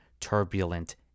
turbulent